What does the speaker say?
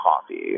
coffee